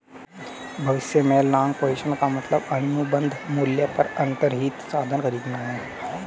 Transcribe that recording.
भविष्य में long position का मतलब अनुबंध मूल्य पर अंतर्निहित साधन खरीदना है